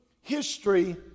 history